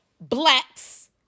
blacks